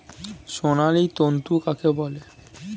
সোনালী তন্তু কাকে বলে?